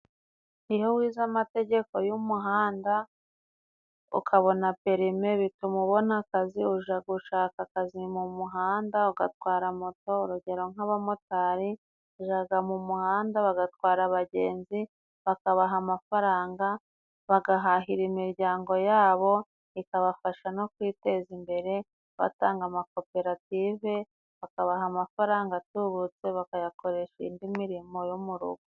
Iyo wize amategeko g'umuhanda, ukabona perime bituma ubona akazi. Ujya gushaka akazi mu muhanda ugatwara moto. Urugero nk'abamotari bajaga mu muhanda bagatwara abagenzi bakabaha amafaranga bagahahira imiryango yabo, akabafasha no kwiteza imbere. Abatanga amakoperative bakabaha amafaranga atubutse bakayakoresha indi mirimo yo mu rugo.